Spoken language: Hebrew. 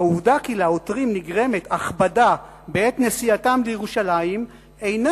העובדה כי לעותרים נגרמת הכבדה בעת נסיעתם לירושלים אינה